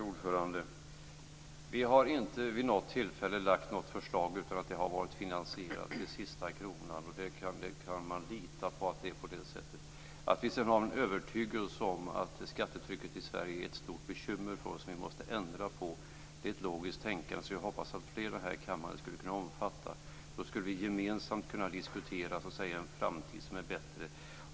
Fru talman! Vi har inte vid något tillfälle lagt något förslag utan att det har varit finansierat till sista kronan. Man kan lita på att det är på det sättet. Att vi sedan har en övertygelse om att skattetrycket i Sverige är ett stort bekymmer som vi måste ändra på är ett logiskt tänkande, som jag hoppas att flera här i kammaren skulle kunna omfatta. Då skulle vi gemensamt kunna diskutera en framtid som är bättre.